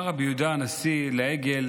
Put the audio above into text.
אמר רבי יהודה הנשיא לעגל: